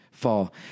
fall